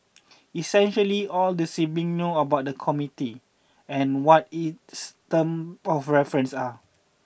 essentially all the sibling know about the committee and what its term of reference are